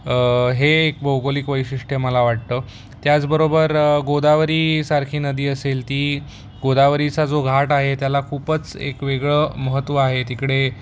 हे हे एक भौगोलिक वैशिष्ट्य मला वाटतं त्याचबरोबर गोदावरीसारखी नदी असेल ती गोदावरीचा जो घाट आहे त्याला खूपच एक वेगळं महत्त्व आहे तिकडे